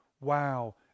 wow